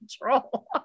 control